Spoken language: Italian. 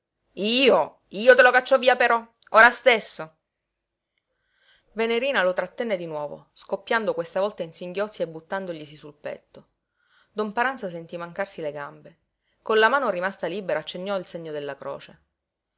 io io te lo caccio via però ora stesso venerina lo trattenne di nuovo scoppiando questa volta in singhiozzi e buttandoglisi sul petto don paranza sentí mancarsi le gambe con la mano rimasta libera accennò il segno della croce